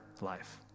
life